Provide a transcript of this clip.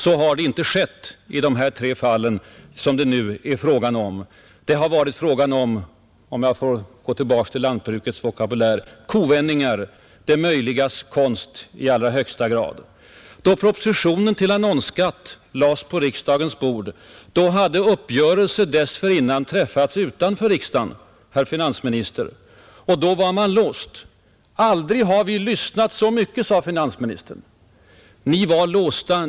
Så har inte skett i de tre fall som jag här talat om, Där har det i allra högsta grad gällt — om jag nu åter får använda lantbrukets terminologi — kovändningar, det möjligas konst. Då propositionen om annonsskatt lades på riksdagens bord hade uppgörelse dessförinnan träffats utanför riksdagen, herr finansminister. Och frågan var då låst. Aldrig har vi lyssnat så mycket, sade finansministern.